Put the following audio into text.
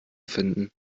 erfinden